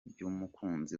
by’umukunzi